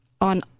on